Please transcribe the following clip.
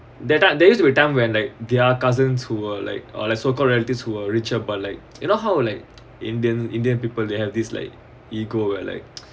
that time there's where like their cousins who were like uh like so called relatives who are richer but like you know how like indian indian people they have this like ego where like